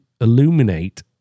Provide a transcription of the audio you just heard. illuminate